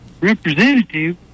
representative